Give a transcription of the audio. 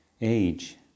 age